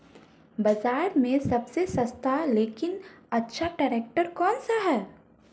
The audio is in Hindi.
बाज़ार में सबसे सस्ता लेकिन अच्छा ट्रैक्टर कौनसा है?